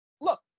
Look